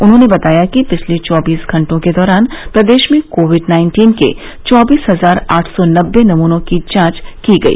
उन्होंने बताया कि पिछले चौबीस घंटों के दौरान प्रदेश में कोविड नाइन्टीन के चौबीस हजार आठ सौ नबे नमूनों की जांच की गई